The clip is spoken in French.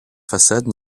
façade